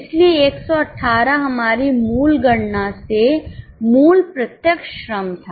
इसलिए 118 हमारी मूल गणना से मूल प्रत्यक्ष श्रम था